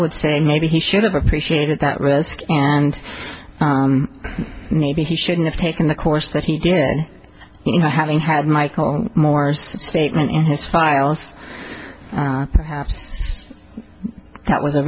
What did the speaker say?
would say maybe he should have appreciated that risk and maybe he shouldn't have taken the course that he did you know having had michael moore's statement in his files perhaps that w